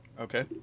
okay